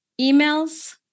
Emails